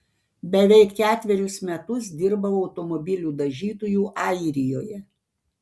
beveik ketverius metus dirbau automobilių dažytoju airijoje